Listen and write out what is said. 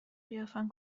قیافم